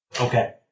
Okay